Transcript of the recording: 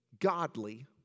godly